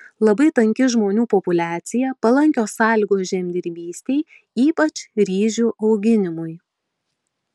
labai tanki žmonių populiacija palankios sąlygos žemdirbystei ypač ryžių auginimui